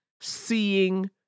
seeing